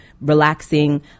relaxing